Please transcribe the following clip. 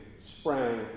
sprang